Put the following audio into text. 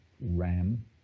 RAM